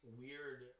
weird